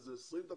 לזה 20 דקות.